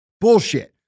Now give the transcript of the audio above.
Bullshit